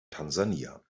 tansania